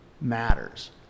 matters